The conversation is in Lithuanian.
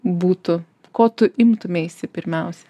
būtų ko tu imtumeisi pirmiausia